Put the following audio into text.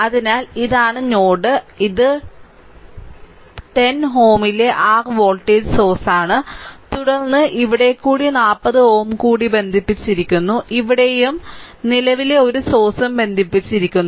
അതിനാൽ ഇതാണ് നോഡ് ഇത് 10 Ω ലെ r വോൾട്ടേജ് സോഴ്സാണ് തുടർന്ന് ഇവിടെ കൂടി 40 Ω കൂടി ബന്ധിപ്പിച്ചിരിക്കുന്നു ഇവിടെയും നിലവിലെ ഒരു സോഴ്സ്സും ബന്ധിപ്പിച്ചിരിക്കുന്നു